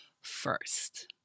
first